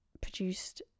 produced